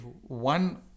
one